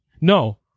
no